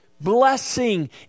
blessing